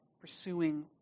pursuing